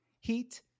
Heat